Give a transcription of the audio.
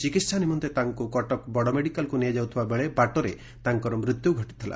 ଚିକିହା ନିମନ୍ତେ ତାଙ୍କୁ କଟକ ବଡ ମେଡିକାଲକୁ ନିଆଯାଉଥିବା ବେଳେ ବାଟରେ ତାଙ୍କର ମୃତ୍ୟୁ ଘଟିଥିଲା